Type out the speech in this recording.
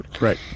right